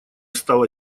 стало